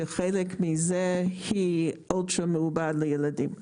שחלק מזה היא אוכל שמעובד לילדים.